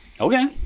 Okay